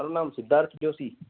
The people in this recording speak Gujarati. મારું નામ સિદ્ધાર્થ જોશી